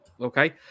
Okay